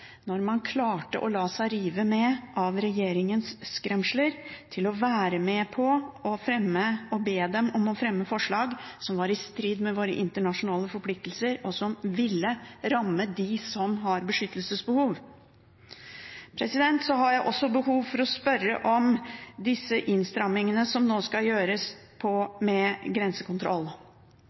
man klarte å la seg rive med av regjeringens skremsler til å være med på å fremme og be dem om å fremme forslag som er i strid med våre internasjonale forpliktelser, og som ville ramme dem som har beskyttelsesbehov? Jeg har også behov for å spørre om disse innstrammingene som nå skal gjøres med grensekontroll: